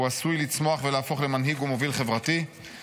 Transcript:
הוא עשוי לצמוח ולהפוך למנהיג ומוביל חברתי,